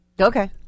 Okay